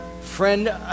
friend